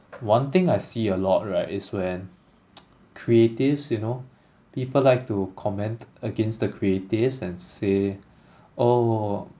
one thing I see a lot right is when creatives you know people like to comment against the creatives and say oh